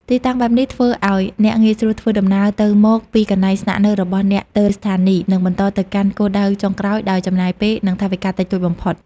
ទីតាំងបែបនេះធ្វើឱ្យអ្នកងាយស្រួលធ្វើដំណើរទៅមកពីកន្លែងស្នាក់នៅរបស់អ្នកទៅស្ថានីយ៍ និងបន្តទៅកាន់គោលដៅចុងក្រោយដោយចំណាយពេល និងថវិកាតិចតួចបំផុត។